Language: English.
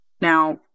now